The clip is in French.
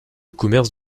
commerce